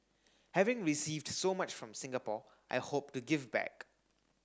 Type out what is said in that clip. having received so much from Singapore I hope to give back